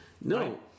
No